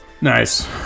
Nice